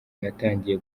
natangiye